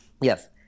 Yes